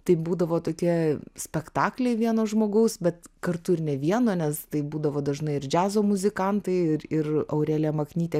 tai būdavo tokie spektakliai vieno žmogaus bet kartu ir ne vieno nes tai būdavo dažnai ir džiazo muzikantai ir ir aurelija maknytė